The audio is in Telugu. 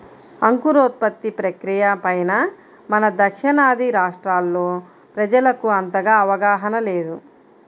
అంకురోత్పత్తి ప్రక్రియ పైన మన దక్షిణాది రాష్ట్రాల్లో ప్రజలకు అంతగా అవగాహన లేదు